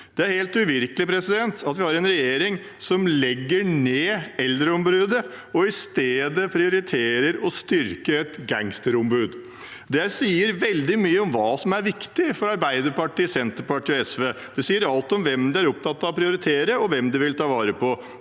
Det er helt uvirkelig at vi har en regjering som legger ned eldreombudet og i stedet prioriterer å styrke et gangsterombud. Det sier veldig mye om hva som er viktig for Arbeiderpartiet, Senterpartiet og SV. Det sier alt om hvem de er opptatt av å prioritere, og hvem de vil ta vare på.